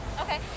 Okay